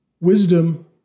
Wisdom